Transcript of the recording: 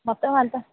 మొత్తం ఎంత